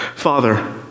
Father